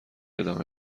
ادامه